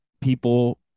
people